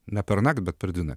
ne pernakt bet per dvi naktis